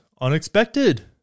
unexpected